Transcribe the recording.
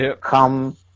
come